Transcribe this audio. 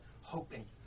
hoping